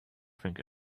think